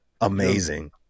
Amazing